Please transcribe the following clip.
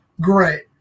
Great